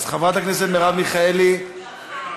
אז חברת הכנסת מרב מיכאלי תמכה,